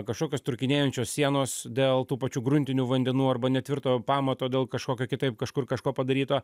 kažkokios trūkinėjančios sienos dėl tų pačių gruntinių vandenų arba netvirto pamato dėl kažkokio kitaip kažkur kažko padaryto